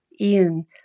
Ian